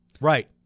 Right